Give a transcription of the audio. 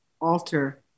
alter